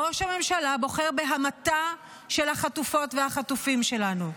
ראש הממשלה בוחר בהמתה של החטופות והחטופים שלנו.